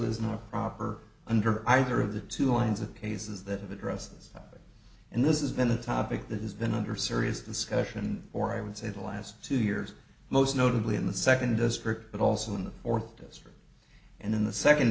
under either of the two lines of cases that have addressed this and this is been a topic that has been under serious discussion or i would say the last two years most notably in the second district but also in the fourth district and in the second